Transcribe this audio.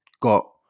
got